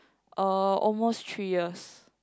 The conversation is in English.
uh almost three years